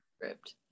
script